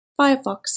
Firefox